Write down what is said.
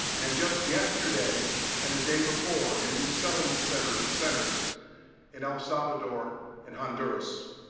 and, just yesterday and the day before, in resettlement centers centers in el salvador and honduras.